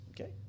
Okay